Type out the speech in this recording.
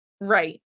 Right